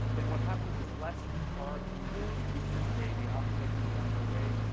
then what happens is less carbs and nutrition reaches the baby. and often, they can be underweight.